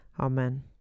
Amen